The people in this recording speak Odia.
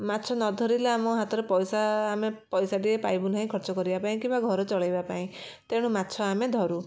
ମାଛ ନ ଧରିଲେ ଆମ ହାତରେ ପଇସା ଆମେ ପଇସାଟିଏ ପାଇବୁ ନାହିଁ ଖର୍ଚ୍ଚ କରିବା ପାଇଁ କି କିମ୍ୱା ଘର ଚଳାଇବା ପାଇଁ ତେଣୁ ମାଛ ଆମେ ଧରୁ